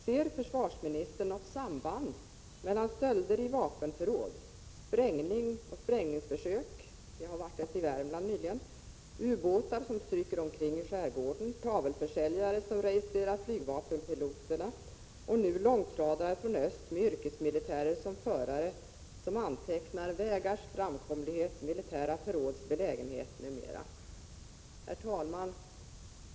Ser försvarsministern något samband mellan stölder i vapenförråd, sprängning och sprängningsförsök — det har varit ett i Värmland nyligen —, ubåtar som stryker omkring i skärgården, tavelförsäljare som registrerar flygvapenpiloter, och nu långtradare från öst med yrkesmilitärer som förare som antecknar vägars framkomlighet, militära förråds belägenhet m.m.? Herr talman!